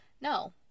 No